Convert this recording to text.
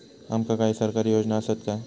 आमका काही सरकारी योजना आसत काय?